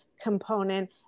component